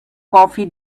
coffee